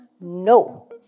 No